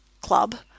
club